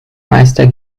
meister